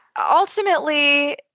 ultimately